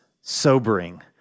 sobering